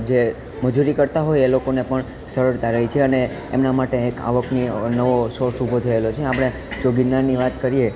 જે મજૂરી કરતાં હોય એ લોકોને પણ સરળતા રહી છે અને એમનાં માટે એક આવકની નવો સોર્સ ઊભો થએલો છે આપણે જો ગિરનારની વાત કરીએ